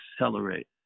accelerate